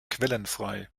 quellenfrei